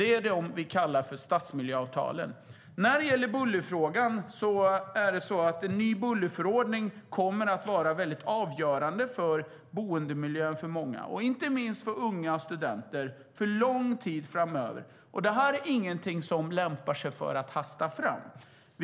Det är det här vi kallar stadsmiljöavtal. En ny bullerförordning kommer att vara väldigt avgörande för mångas boendemiljö, inte minst för unga och studenter, för lång tid framöver. Detta är ingenting som lämpar sig att hasta fram.